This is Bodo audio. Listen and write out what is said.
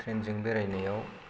ट्रैनजों बेरायनायाव